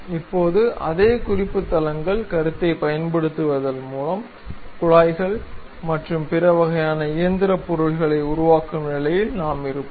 இப்போது அதே குறிப்பு தளங்கள் கருத்தைப் பயன்படுத்துதல் மூலம் குழாய்கள் மற்றும் பிற வகையான இயந்திர பொருள்களை உருவாக்கும் நிலையில் நாம் இருப்போம்